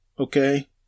Okay